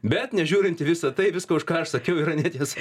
bet nežiūrint į visa tai viską už ką aš sakiau yra netiesa